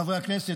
חברי הכנסת,